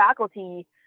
faculty